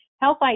health